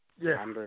yes